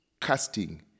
casting